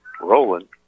rolling